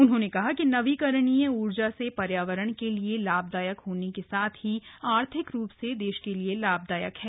उन्होंने कहा कि नवीकरणीय ऊर्जा से पर्यावरण के लिए लाभदायक होने के साथ ही आर्थिक रूप से देश के लिए लाभदायक है